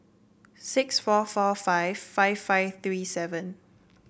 six four four five five five three seven